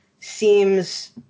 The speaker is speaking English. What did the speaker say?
seems